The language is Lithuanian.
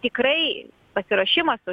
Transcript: tikrai pasiruošimas